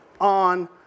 on